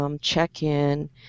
check-in